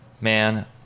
man